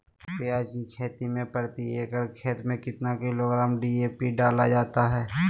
प्याज की खेती में प्रति एकड़ खेत में कितना किलोग्राम डी.ए.पी डाला जाता है?